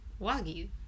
Wagyu